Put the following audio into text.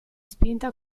spinta